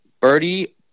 birdie